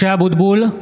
(קורא בשמות חברי הכנסת) משה אבוטבול,